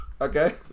Okay